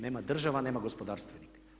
Nema država, nema gospodarstvenik.